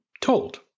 told